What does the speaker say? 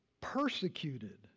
Persecuted